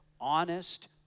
honest